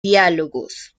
diálogos